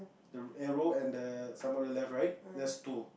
the arrow and the samurai left right less two